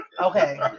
Okay